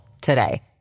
today